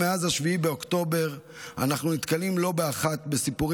מאז 7 באוקטובר אנחנו נתקלים לא אחת בסיפורים